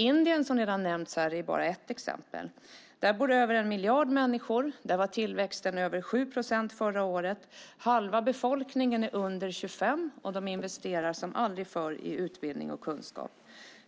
Indien, som redan har nämnts här, är bara ett exempel. Där bor över en miljard människor. Där var tillväxten över 7 procent förra året. Halva befolkningen är under 25 år, och de investerar som aldrig förr i utbildning och kunskap.